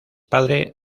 padre